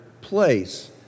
place